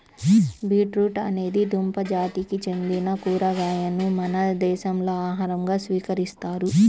beetroot అనేది దుంప జాతికి చెందిన కూరగాయను మన దేశంలో ఆహారంగా స్వీకరిస్తారు